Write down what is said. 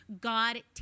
God